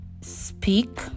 speak